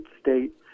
state